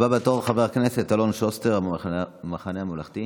הבא בתור, חבר הכנסת אלון שוסטר, המחנה הממלכתי,